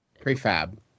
prefab